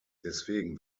deswegen